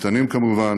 ניתנים כמובן